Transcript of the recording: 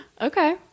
Okay